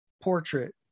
portrait